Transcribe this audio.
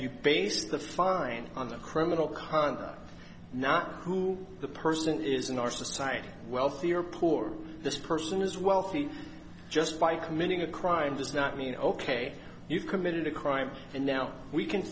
you based the fine on the criminal conduct not who the person is in our society wealthy or poor this person is wealthy just by committing a crime does not mean ok you committed a crime and now we can